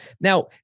Now